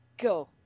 go